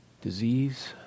disease